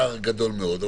פער גדול מאוד.